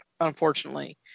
Unfortunately